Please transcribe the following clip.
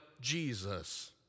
Jesus